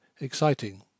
exciting